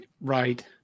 Right